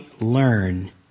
learn